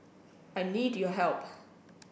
I need your help